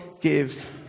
gives